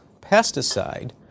pesticide